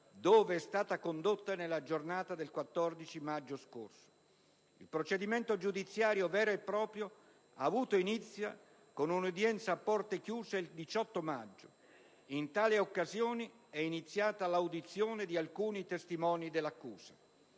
dove è stata condotta nella giornata del 14 maggio scorso. Il procedimento giudiziario vero e proprio ha avuto inizio, con un'udienza a porte chiuse, il 18 maggio; in tale occasione è iniziata l'audizione di alcuni testimoni dell'accusa.